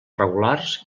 regulars